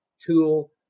tool